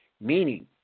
meaning